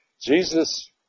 Jesus